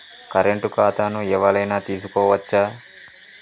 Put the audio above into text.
Current ఖాతాను ఎవలైనా తీసుకోవచ్చా?